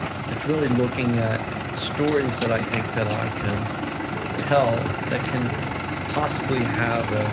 it's really looking at stories that i think that i can tell, that can possibly have